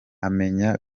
amenya